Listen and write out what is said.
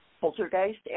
poltergeist